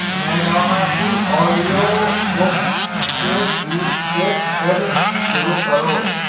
Madonna की audiobook के गीत से फिर शुरू करो